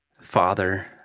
father